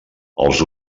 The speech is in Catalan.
els